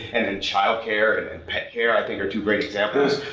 and in child care and in pet care i think are two great examples.